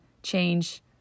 change